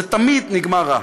זה תמיד נגמר רע.